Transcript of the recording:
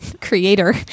creator